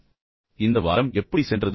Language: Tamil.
சரி இந்த வாரம் எப்படி சென்றது